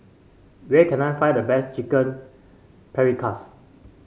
where can I find the best Chicken Paprikas